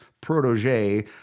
protege